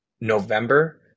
November